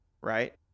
right